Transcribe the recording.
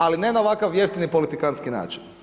Ali ne na ovakav jeftini politikantski način.